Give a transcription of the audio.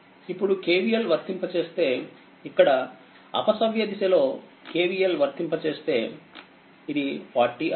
ఇప్పుడు KVL వర్తింప చేస్తే ఇక్కడ అపసవ్యదిశలో KVLవర్తింపజేస్తే